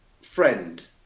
friend